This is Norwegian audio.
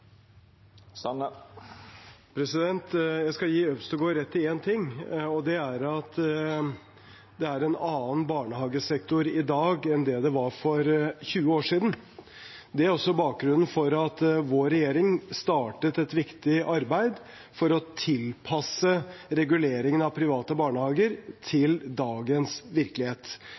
tilbud. Jeg skal gi representanten Øvstegård rett i én ting, og det er at det er en annen barnehagesektor i dag enn for 20 år siden. Det er også bakgrunnen for at vår regjering startet et viktig arbeid for å tilpasse reguleringen av private barnehager til dagens virkelighet.